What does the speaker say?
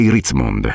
Ritzmond